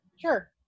Sure